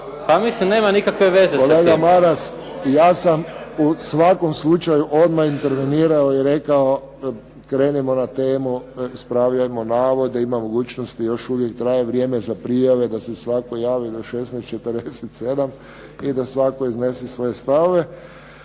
Pa mislim nema nikakve veze sa tim. **Friščić, Josip (HSS)** Kolega Maras, ja sam u svakom slučaju odmah intervenirao i rekao krenimo na temu, ispravljajmo navode, ima mogućnosti još uvijek traje vrijeme za prijave da se svatko javi do 16,47 i da svatko iznese svoje stavove.